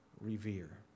revere